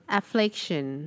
affliction